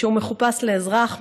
כשהוא מחופש לאזרח,